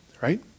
right